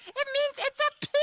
it means it's a